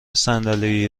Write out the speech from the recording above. صندلی